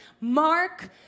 mark